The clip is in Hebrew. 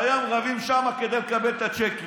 והיום רבים שם כדי לקבל את הצ'קים.